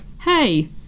hey